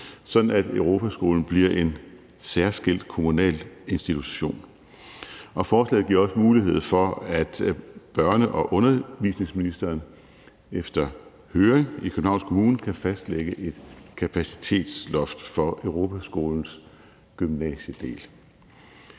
at Europaskolen bliver en særskilt kommunal institution. Forslaget giver også mulighed for, at børne- og undervisningsministeren efter høring af Københavns Kommune kan fastlægge et kapacitetsloft for Europaskolens gymnasiedel.